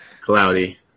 Cloudy